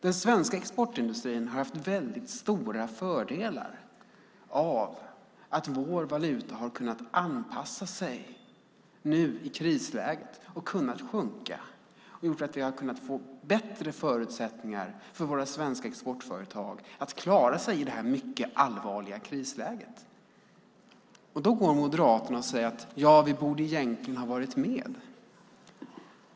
Den svenska exportindustrin har haft väldigt stora fördelar av att vår valuta har kunnat anpassa sig nu i krisläget och kunnat sjunka. Det har gjort att vi har kunnat få bättre förutsättningar för våra svenska exportföretag att klara sig i det här mycket allvarliga krisläget. Då går Moderaterna och säger: Ja, vi borde egentligen ha varit med!